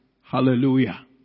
Hallelujah